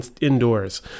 indoors